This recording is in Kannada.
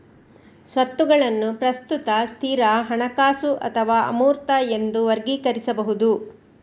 ಸ್ವತ್ತುಗಳನ್ನು ಪ್ರಸ್ತುತ, ಸ್ಥಿರ, ಹಣಕಾಸು ಅಥವಾ ಅಮೂರ್ತ ಎಂದು ವರ್ಗೀಕರಿಸಬಹುದು